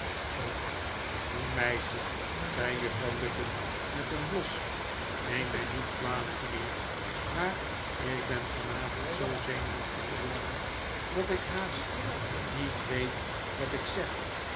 of een jong'meisje zei juffrouw lupin met een bios neem mij niet kwalijk mijnheer maar ik ben vanavond zoo zenuwachtig geworden dat ik haast niet weet wat ik zeg